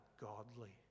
godly